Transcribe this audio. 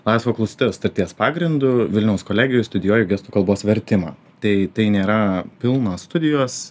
laisvojo klausytojo sutarties pagrindu vilniaus kolegijoj studijuoja gestų kalbos vertimą tai tai nėra pilnos studijos